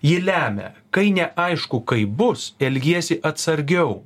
ji lemia kai neaišku kaip bus elgiesi atsargiau